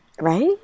Right